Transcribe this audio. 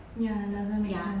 ya doesn't make sense